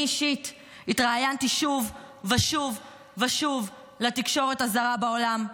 אני אישית התראיינתי שוב ושוב ושוב לתקשורת הזרה בעולם,